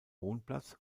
wohnplatz